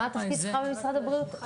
מה התפקיד שלך במשרד הבריאות?